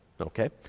Okay